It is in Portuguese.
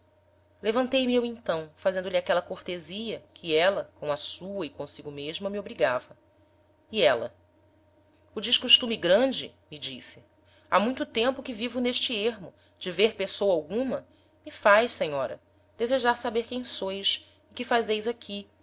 levantei-me eu então fazendo-lhe aquela cortesia que éla com a sua e consigo mesma me obrigava e éla o descostume grande me disse ha muito tempo que vivo n'este ermo de ver pessoa alguma me faz senhora desejar saber quem sois e que fazeis aqui